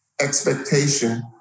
expectation